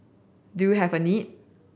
do you have a need